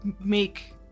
make